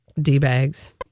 D-Bags